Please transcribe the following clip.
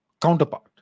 counterpart